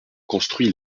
construit